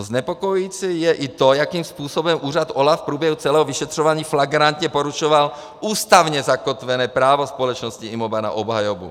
Znepokojující je i to, jakým způsobem úřad OLAF v průběhu celého vyšetřování flagrantně porušoval ústavně zakotvené právo společnosti IMOBA na obhajobu.